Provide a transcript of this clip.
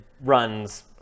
runs